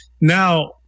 now